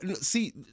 See